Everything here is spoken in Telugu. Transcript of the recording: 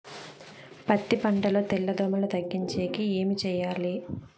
పత్తి పంటలో తెల్ల దోమల తగ్గించేకి ఏమి చేయాలి?